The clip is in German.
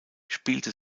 spielte